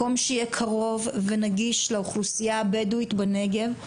מקום שיהיה קרוב ונגיש לאוכלוסייה הבדואית בנגב,